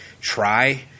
try